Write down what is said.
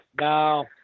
no